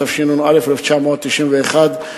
התשנ"א 1991,